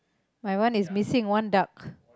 my one is missing one duck